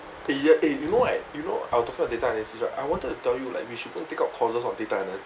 eh ya eh you know right you know I w~ talking about data analysis right I wanted to tell you like we should go and take up courses on data analy~